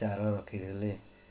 ଚାରା ରଖିିଦେଲେ